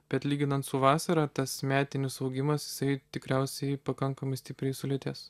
bet lyginant su vasara tas metinis augimas jisai tikriausiai pakankamai stipriai sulėtės